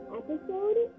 episode